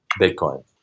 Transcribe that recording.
Bitcoin